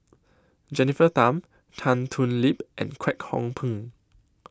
Jennifer Tham Tan Thoon Lip and Kwek Hong Png